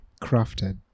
crafted